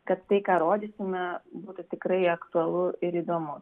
kad tai ką rodysime būtų tikrai aktualu ir įdomu